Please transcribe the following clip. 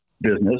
business